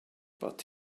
but